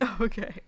Okay